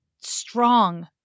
strong